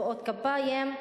מחיאות כפיים,